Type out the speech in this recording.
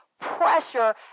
pressure